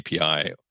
API